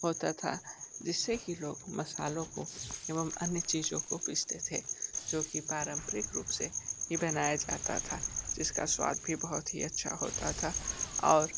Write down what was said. होता था जिससे कि लोग मसालों को एवं अन्य चीज़ों को पीसते थे जो कि पारम्परिक रूप से ही बनाया जाता था जिसका स्वाद भी बहुत ही अच्छा होता था और